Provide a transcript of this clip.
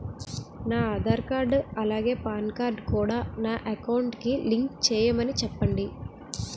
నా ఆధార్ కార్డ్ అలాగే PAN card కూడా నా అకౌంట్ కి లింక్ చేయమని చెప్పండి